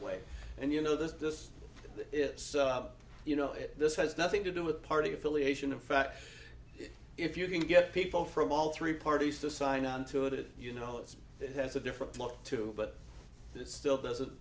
way and you know this this is you know this has nothing to do with party affiliation in fact if you can get people from all three parties to sign onto it it you know it's that has a different look too but it still doesn't